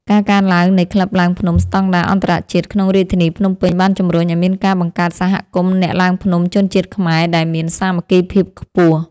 ការកើនឡើងនៃក្លឹបឡើងភ្នំស្ដង់ដារអន្តរជាតិក្នុងរាជធានីភ្នំពេញ បានជំរុញឱ្យមានការបង្កើតសហគមន៍អ្នកឡើងភ្នំជនជាតិខ្មែរដែលមានសាមគ្គីភាពខ្ពស់។